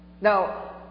Now